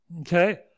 Okay